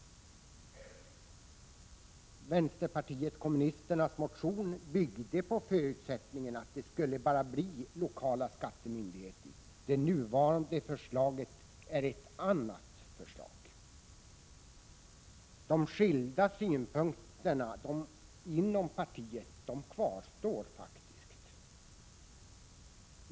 Vänsterpartiet kommunisternas motion byggde på förutsättningen att endast den lokala skattemyndigheten skulle komma i fråga i detta sammanhang. Det nu framlagda förslaget har en annan inriktning. En skiljaktighet i synpunkterna kvarstår därmed inom partiet.